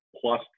plus